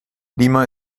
lima